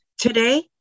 Today